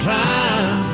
time